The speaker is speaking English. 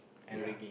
ya